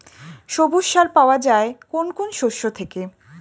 সবুজ সার পাওয়া যায় কোন কোন শস্য থেকে?